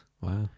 Wow